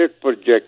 project